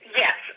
yes